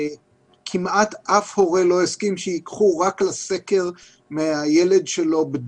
כמעט אף הורה לא יסכים שייקחו רק לסקר בדיקה מהילד שלו.